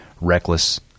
reckless